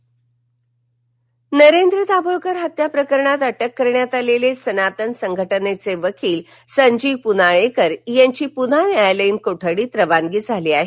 पुनाळेकर नरेंद्र दाभोळकर हत्त्या प्रकरणात अटक करण्यात आलेले सनातन संघटनेचे वकील संजीव पुनाळेकर यांची पुन्हा न्यायालयीन कोठडीत रवानगी झाली आहे